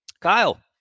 Kyle